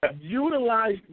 utilize